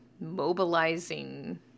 mobilizing